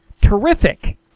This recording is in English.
terrific